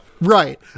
Right